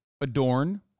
adorn